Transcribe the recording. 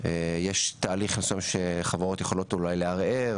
יש תהליך מסוים שחברות יכולות אולי לערער